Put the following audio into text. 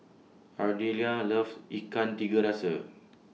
Ardelia loves Ikan Tiga Rasa